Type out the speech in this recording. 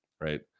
right